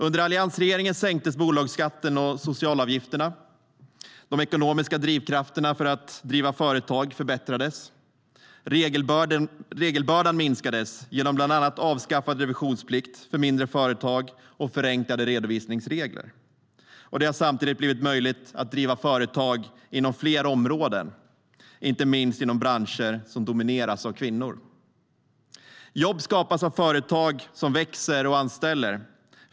Under alliansregeringen sänktes bolagsskatten och socialavgifterna. De ekonomiska drivkrafterna för att driva företag förbättrades. Regelbördan minskades genom bland annat avskaffad revisionsplikt för mindre företag och förenklade redovisningsregler. Det har samtidigt blivit möjligt att driva företag inom fler områden, inte minst inom branscher som domineras av kvinnor. Jobb skapas av företag som växer och anställer.